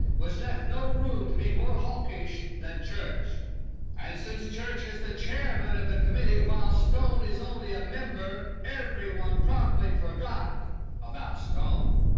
was left no room to be more hawkish than church and since church is the chairman of the committee while stone is only a member, everyone promptly forgot about stone.